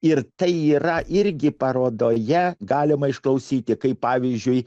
irtai yra irgi parodoje galima išklausyti kaip pavyzdžiui